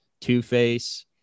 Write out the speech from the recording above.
Two-Face